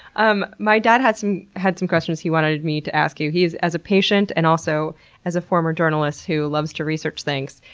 um my dad had some had some questions he wanted me to ask you. as a patient and also as a former journalist who loves to research things,